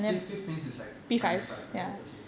fifth fifth means it's like primary five right okay